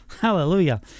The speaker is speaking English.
Hallelujah